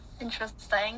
interesting